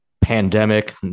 pandemic